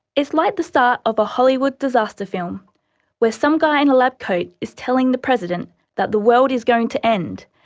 it's like the start of a hollywood disaster film where some guy in a lab coat is telling the president that the world is going to end,